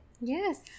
Yes